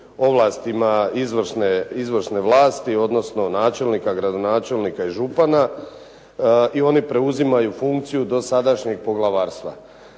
ovlastima izvršne vlasti odnosno načelnika, gradonačelnika i župana i oni preuzimaju funkciju dosadašnjeg poglavarstva.